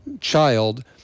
child